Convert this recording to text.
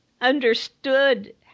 understood